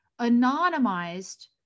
anonymized